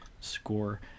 score